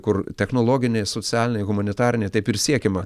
kur technologiniai socialiniai humanitariniai taip ir siekiama